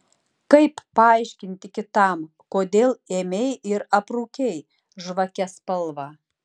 kaip paaiškinti kitam kodėl ėmei ir aprūkei žvake spalvą